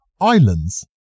Islands